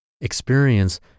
experience